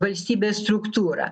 valstybės struktūra